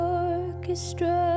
orchestra